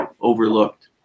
overlooked